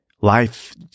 Life